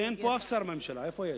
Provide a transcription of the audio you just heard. אין פה אף שר מהממשלה, איפה יש?